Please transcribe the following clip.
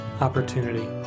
opportunity